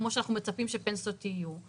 כמו שאנחנו מצפים שפנסיות יהיו,